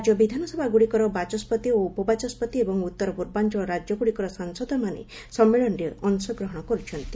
ରାଜ୍ୟ ବିଧାନସଭାଗୁଡ଼ିକର ବାଚସ୍କତି ଓ ଉପବାଚସ୍କତି ଏବଂ ଉତ୍ତର ପୂର୍ବାଞ୍ଚଳ ରାଜ୍ୟଗୁଡ଼ିକର ସାଂସଦମାନେ ସମ୍ମିଳନୀରେ ଅଂଶଗ୍ରହଣ କରୁଛନ୍ତି